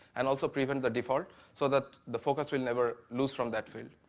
and also prevent the default, so that the focus will never lose from that field.